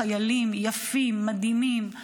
חיילים יפים ומדהימים,